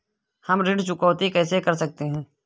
हम ऋण चुकौती कैसे कर सकते हैं?